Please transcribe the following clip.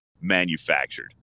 manufactured